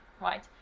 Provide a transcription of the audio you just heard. right